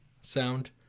sound